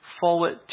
forward